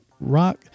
rock